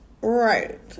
Right